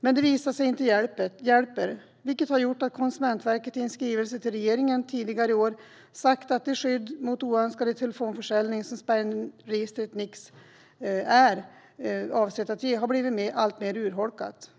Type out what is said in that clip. Men det har visat sig att det inte hjälper. Konsumentverket har i en skrivelse till regeringen tidigare i år sagt att det skydd mot oönskad telefonförsäljning som Nixregistret varit avsett att ge har blivit alltmer urholkat.